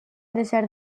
desert